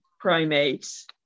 primates